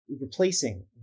replacing